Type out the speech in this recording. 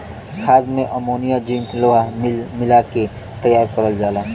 खाद में ammonia zinc लोहा मिला के तैयार करल जाला